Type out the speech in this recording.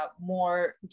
more